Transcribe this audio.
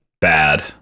bad